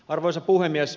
arvoisa puhemies